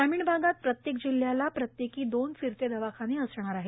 ग्रामीण भागात प्रत्येक जिल्हयाला प्रत्येकी दोन फिरते दवाखाने असणार आहेत